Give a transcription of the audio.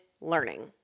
learning